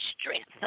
strength